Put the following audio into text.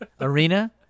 arena